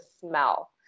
smell